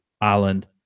Island